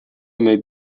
made